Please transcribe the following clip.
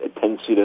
tendency